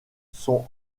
sont